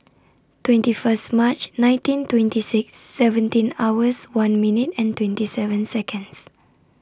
twenty First March nineteen twenty six seventeen hours one minute and twenty seven Seconds